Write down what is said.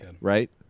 right